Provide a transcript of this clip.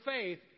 faith